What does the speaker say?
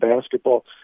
basketball